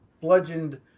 bludgeoned